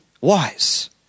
wise